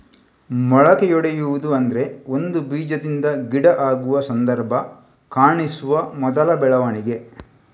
ಮೊಳಕೆಯೊಡೆಯುವುದು ಅಂದ್ರೆ ಒಂದು ಬೀಜದಿಂದ ಗಿಡ ಆಗುವ ಸಂದರ್ಭ ಕಾಣಿಸುವ ಮೊದಲ ಬೆಳವಣಿಗೆ